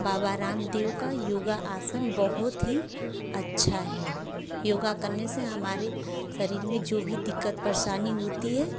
बाबा रामदेव का योगा आसन बहुत ही अच्छा है योगा करने से हमारे शरीर में जो भी दिक़्क़त परेशानी होती है